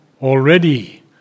Already